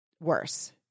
worse